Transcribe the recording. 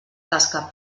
tasca